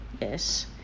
yes